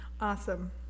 Awesome